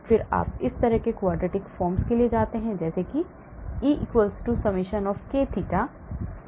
फिर आप इस तरह के quadratic form के लिए जाते हैं जैसे कि E summation of K theta theta - theta knot square